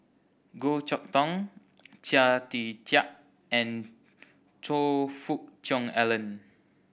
Goh Chok Tong Chia Tee Chiak and Choe Fook Cheong Alan